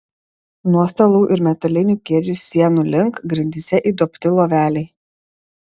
nuo stalų ir metalinių kėdžių sienų link grindyse įduobti loveliai